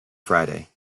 friday